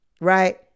Right